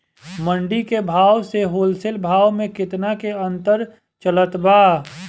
मंडी के भाव से होलसेल भाव मे केतना के अंतर चलत बा?